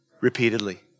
repeatedly